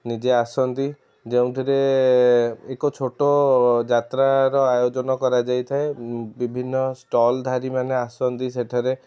ନିଜେ ଆସନ୍ତି ଯେଉଁଥିରେ ଏକ ଛୋଟ ଯାତ୍ରାର ଆୟୋଜନ କରାଯାଇଥାଏ ବିଭିନ୍ନ ଷ୍ଟଲ୍ଧାରୀ ମାନେ ଆସନ୍ତି ସେଠାରେ